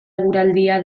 eguraldia